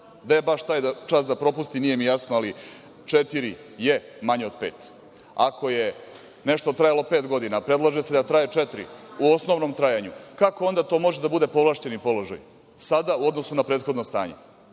Gde baš taj čas da propusti, nije mi jasno, ali četiri je manje od pet. Ako je nešto trajalo pet godina, a predlaže se da traje četiri u osnovnom trajanju, kako onda to može da bude povlašćeni položaj sada u odnosu na prethodno stanje?